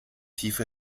tiefe